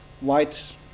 white